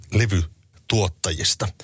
levytuottajista